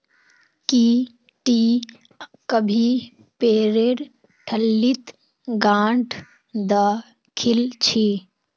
की टी कभी पेरेर ठल्लीत गांठ द खिल छि